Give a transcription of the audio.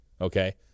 Okay